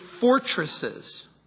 fortresses